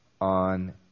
on